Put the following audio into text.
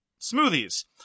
smoothies